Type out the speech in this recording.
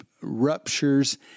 ruptures